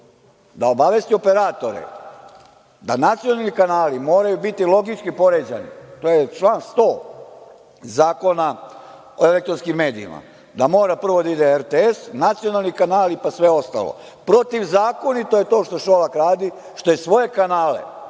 da obavesti operatore da nacionalni kanali moraju biti logički poređani, to je član 100. Zakona o elektronskim medijima, da mora prvo da ide RTS, nacionalni kanali, pa sve ostalo. Protivzakonito je to što Šolak radi, što je svoje kanale,